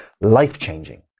life-changing